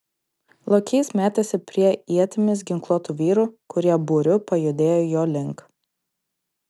lokys metėsi prie ietimis ginkluotų vyrų kurie būriu pajudėjo jo link